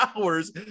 hours